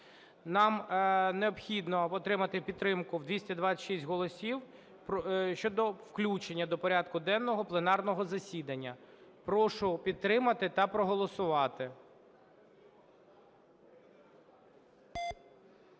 Нам необхідно отримати підтримку в 226 голосів щодо включення до порядку денного пленарного засідання. Прошу підтримати та проголосувати.